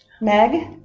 Meg